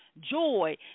joy